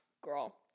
girl